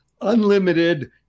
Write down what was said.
Unlimited